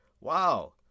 Wow